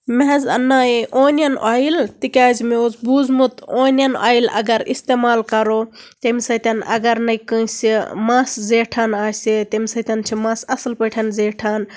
مےٚ حظ اَننایے اونیَن اویِل تکیازِ مےٚ اوس بوٗزمُت اونین اویِل اَگر اِستعمال کَرو تَمہِ سۭتی اَگر نہٕ کٲنسہِ مَس زیٹھان آسہِ تَمہِ سۭتۍ چھُ مَس اَصٕل پٲٹھۍ زیٹھان